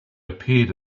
appeared